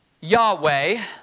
Yahweh